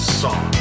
song